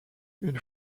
une